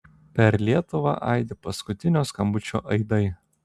per lietuvą aidi paskutinio skambučio aidai